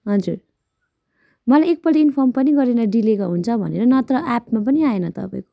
हजुर मलाई एकपल्ट इन्फर्म पनि गरेन डिले हुन्छ भनेर नत्र एपमा पनि आएन तपाईँको